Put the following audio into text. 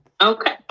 Okay